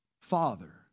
Father